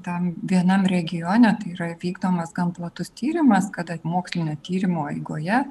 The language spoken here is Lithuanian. tam vienam regione tai yra vykdomas gan platus tyrimas kad mokslinio tyrimo eigoje